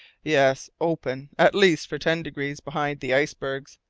yes, open at least, for ten degrees behind the icebergs.